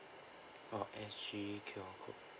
oh S_G Q_R code